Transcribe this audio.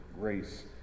grace